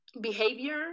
behavior